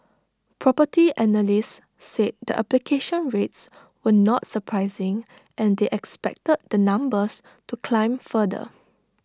Property Analysts said the application rates were not surprising and they expected the numbers to climb further